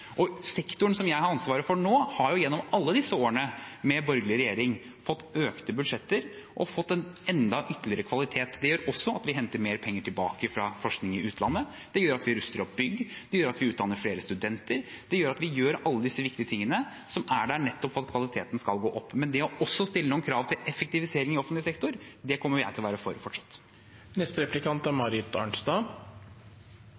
og på utdanning. Sektoren som jeg har ansvaret for nå, har gjennom alle disse årene med borgerlig regjering fått økte budsjetter og ytterligere kvalitet. Det gjør også at vi henter mer penger tilbake fra forskning i utlandet, det gjør at vi ruster opp bygg, og det gjør at vi utdanner flere studenter. Det gjør at vi gjør alle disse viktige tingene nettopp for at kvaliteten skal gå opp. Men også å stille noen krav til effektivisering av offentlig sektor, det kommer jeg til å være for fortsatt. Det er